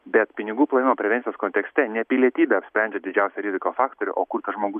bet pinigų plovimo prevencijos kontekste ne pilietybė apsprendžia didžiausią rizikos faktorių o kur tas žmogus